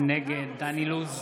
נגד דן אילוז,